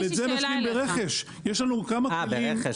יש לי שאלה אליך ----- ברכש -- אה, ברכש.